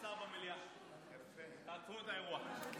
אין שר במליאה, תעצרו את האירוע.